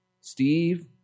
Steve